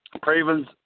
Cravens